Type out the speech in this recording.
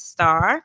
Star